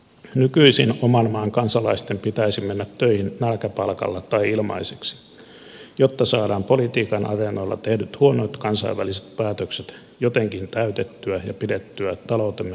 nykyisin oman maan kansalaisten pitäisi mennä töihin nälkäpalkalla tai ilmaiseksi jotta saadaan politiikan areenoilla tehdyt huonot kansainväliset päätökset jotenkin täytettyä ja pidettyä taloutemme pyörät pyörimässä